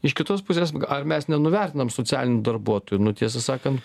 iš kitos pusės ar mes nenuvertinam socialinių darbuotojų nu tiesą sakant